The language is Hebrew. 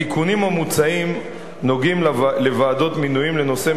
התיקונים המוצעים נוגעים לוועדות מינויים לנושאי